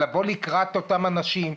לבוא לקראת אותם אנשים.